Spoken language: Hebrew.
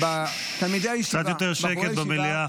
קצת יותר שקט במליאה.